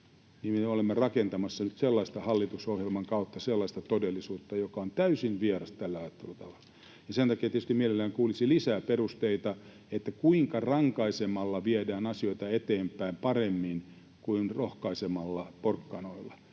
olette rakentamassa nyt hallitusohjelman kautta sellaista todellisuutta, joka on täysin vieras tälle ajattelutavalle. Sen takia tietysti mielelläni kuulisin lisää perusteita, kuinka rankaisemalla viedään asioita eteenpäin paremmin kuin rohkaisemalla porkkanoilla.